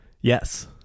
Yes